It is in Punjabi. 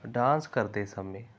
ਡਾਂਸ ਕਰਦੇ ਸਮੇਂ